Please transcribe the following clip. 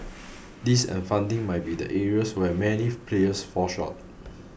this and funding might be the areas where many players fall short